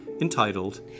entitled